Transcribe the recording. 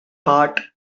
part